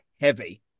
heavy